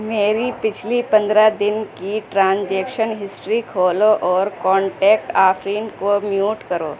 میری پچھلی پندرہ دن کی ٹرانزیکشن ہسٹری کھولو اور کونٹیکٹ آفرین کو میوٹ کرو